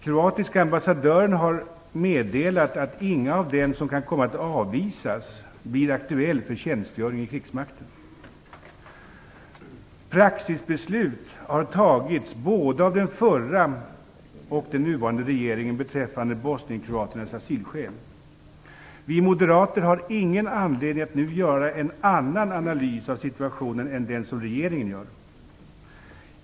Kroatiska ambassadören har meddelat att inga av dem som kan komma att avvisas blir aktuella för tjänstgöring i krigsmakten. Praxisbeslut har fattats både av den förra och den nuvarande regeringen beträffande bosnienkroaternas asylskäl. Vi moderater har ingen anledning att nu göra en annan analys av situationen än den som regeringen gör.